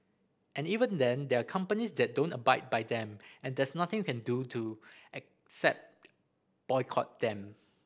and even then there are companies that don't abide by them and there's nothing you can do to except boycott them